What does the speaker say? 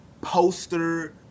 poster